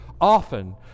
often